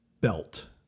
belt